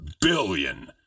billion